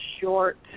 short